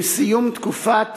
עם סיום תקופת